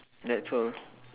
that's all